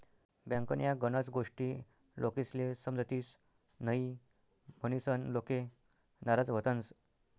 बँकन्या गनच गोष्टी लोकेस्ले समजतीस न्हयी, म्हनीसन लोके नाराज व्हतंस